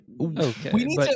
Okay